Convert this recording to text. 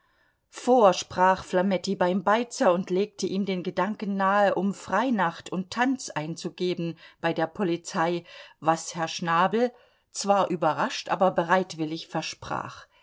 vorsprach flametti beim beizer und legte ihm den gedanken nahe um freinacht und tanz einzugeben bei der polizei was herr schnabel zwar überrascht aber bereitwillig versprach